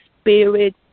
spirit